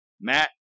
Matt